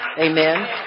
Amen